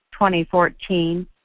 2014